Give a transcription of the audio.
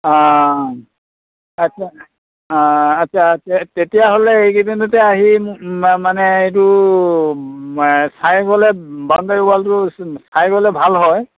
অঁ আচ্ছা অঁ আচ্ছা তেতিয়াহ'লে এইকেইদিনতে আহি মানে এইটো চাই গ'লে বাউণ্ডেৰী ৱালটো চাই গ'লে ভাল হয়